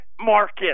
market